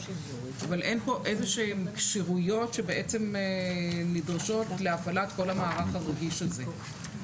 אבל אין פה איזה שהן כשירויות שבעצם נדרשות להפעלת כל המערך הרגיש הזה.